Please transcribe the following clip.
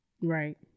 Right